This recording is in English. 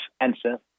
answer